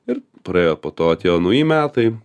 ir praėjo po to atėjo nauji metai